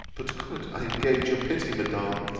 but could i engage your pity, madam,